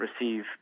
receive